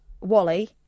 wally